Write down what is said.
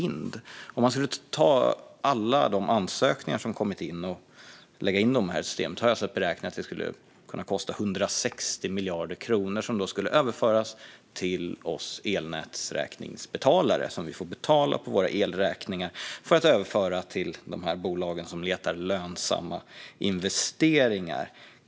Jag har sett beräkningar på att om man skulle ta alla ansökningar som kommit in och lägga in dem i systemet skulle det kunna kosta 160 miljarder kronor, som då skulle överföras till oss som betalar elnätsräkningarna. Vi får via våra elräkningar betala för att överföra till de bolag som letar lönsamma investeringar.